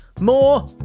More